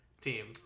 team